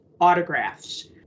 autographs